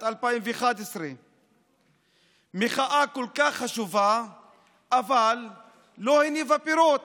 2011. מחאה כל כך חשובה אבל שלא הניבה פירות,